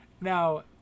Now